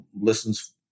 listens